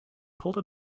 pulled